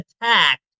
attacked